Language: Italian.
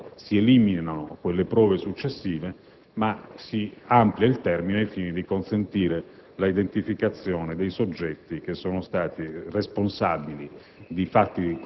alla quale si eliminano le prove successive ma si amplia il termine ai fini di consentire l'identificazione dei soggetti responsabili